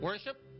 Worship